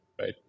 right